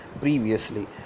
previously